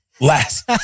last